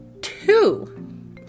two